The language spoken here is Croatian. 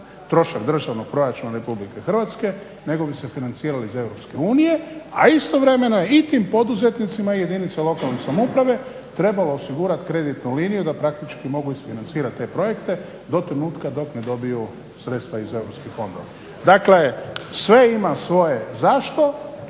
trošak državnog proračuna Republike Hrvatske nego bi se financirali iz EU a istovremeno je i tim poduzetnicima i jedinice lokalne samouprave trebalo osigurati kreditnu liniju da praktički mogu isfinancirati te projekte do trenutka dok ne dobiju sredstva iz europskih fondova. Dakle, sve ima svoje zašto,